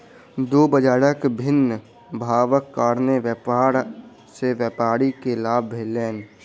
दू बजारक भिन्न भावक कारणेँ व्यापार सॅ व्यापारी के लाभ भेलैन